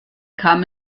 kam